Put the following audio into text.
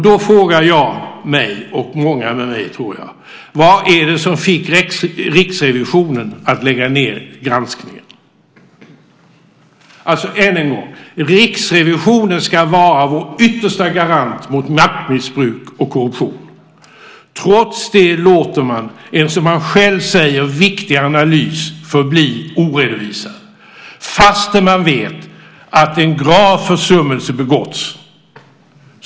Då frågar jag och många med mig: Vad var det som fick Riksrevisionen att lägga ned granskningen? Än en gång: Riksrevisionen ska vara vår yttersta garant mot maktmissbruk och korruption. Trots det låter man en, som man själv säger, viktig analys förbli oredovisad fastän man vet att en grav försummelse begåtts.